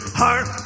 heart